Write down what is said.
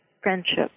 friendship